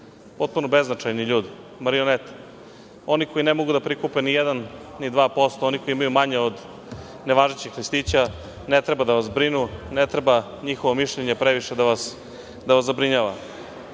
potpuno beznačajni ljudi, marionete, oni koji ne mogu da prikupe ni 1%, ni 2%. Oni koji imaju manje od nevažećih listića ne treba da vas brinu, ne treba njihovo mišljenje previše da vas zabrinjava.